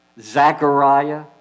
Zechariah